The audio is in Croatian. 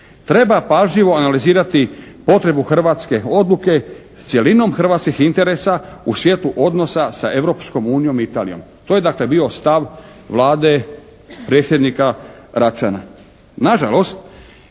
Treba pažljivo analizirati potrebe hrvatske odluke s cjelinom hrvatskih interesa u svijetlu odnosa sa Europskom unijom i Italijom". To je dakle bio stav Vlade predsjednika Račana. Na žalost